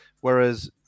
whereas